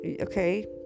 okay